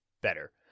better